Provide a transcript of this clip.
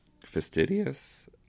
fastidious